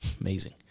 Amazing